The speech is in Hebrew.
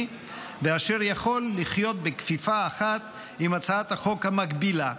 ואשר יכול לחיות בכפיפה אחת עם הצעת החוק המקבילה,